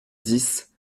dix